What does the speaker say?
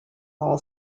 all